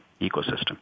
ecosystem